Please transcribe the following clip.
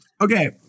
Okay